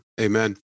Amen